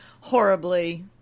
horribly